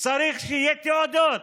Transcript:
צריך שיהיו תעודות,